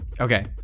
Okay